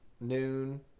noon